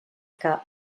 que